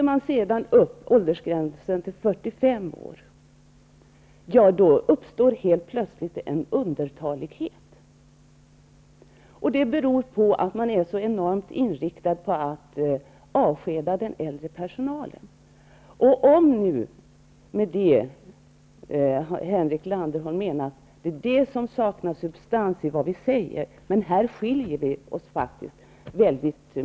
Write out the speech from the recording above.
Om man sedan höjer åldersgränsen till 45 år, uppstår helt plötsligt en undertalighet, vilket beror på att man är så inriktad på att avskeda den äldre personalen. Är det detta som Henrik Landerholm avser när han säger att det saknas substans i det som vi framför i reservation 28?